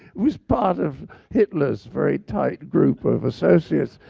he was part of hitler's very tight group of associates.